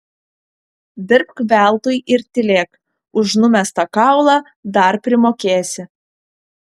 dirbk veltui ir tylėk už numestą kaulą dar primokėsi